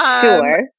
Sure